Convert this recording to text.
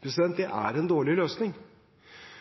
Det er en dårlig løsning.